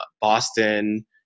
Boston